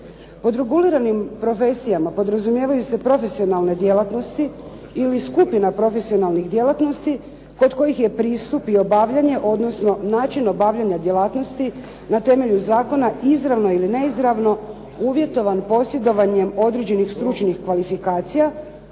Pod reguliranim profesijama podrazumijevaju se profesionalne djelatnosti ili skupina profesionalnih djelatnosti kod kojih je pristup i obavljanje, odnosno način obavljanja djelatnosti na temelju zakona, izravno ili neizravno, uvjetovan posjedovanjem određenih stručnih kvalifikacija